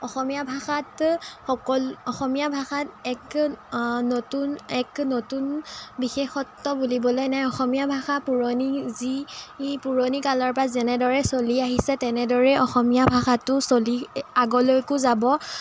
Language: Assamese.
অসমীয়া ভাষাত সকলো অসমীয়া ভাষাত এক নতুন এক নতুন বিশেষত্ব বুলিবলৈ নাই অসমীয়া ভাষা পুৰণি যি পুৰণি কালৰ পৰা যেনেদৰে চলি আহিছে তেনেদৰে অসমীয়া ভাষাটো চলি আগলৈকো যাব